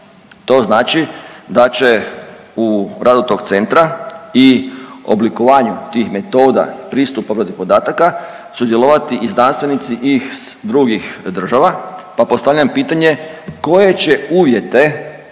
To znači da će u radu tog centra i oblikovanju tih metoda, pristup obradi podataka sudjelovati i znanstvenici inih drugih država, pa postavljam pitanje koje će uvjete